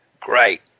Great